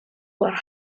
were